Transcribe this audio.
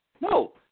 No